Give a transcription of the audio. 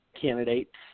candidates